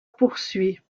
poursuit